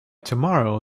tomorrow